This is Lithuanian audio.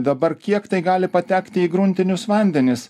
dabar kiek tai gali patekti į gruntinius vandenis